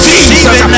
Jesus